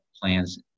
plans